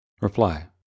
Reply